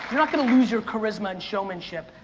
you're not gonna lose your charisma and showmanship.